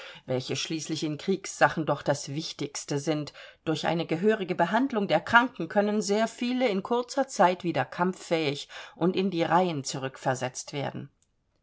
welche schließlich in kriegssachen doch das wichtigste sind durch eine gehörige behandlung der kranken können sehr viele in kurzer zeit wieder kampffähig und in die reihen zurück versetzt werden